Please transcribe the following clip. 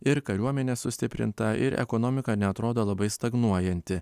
ir kariuomenė sustiprinta ir ekonomika neatrodo labai stagnuojanti